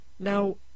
now